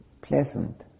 pleasant